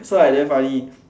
so I damn funny